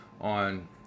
on